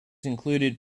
included